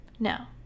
Now